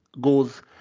goes